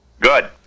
Good